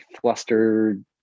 flustered